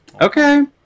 Okay